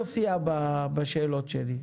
יופיע בשאלות שלי,